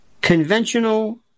conventional